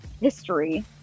history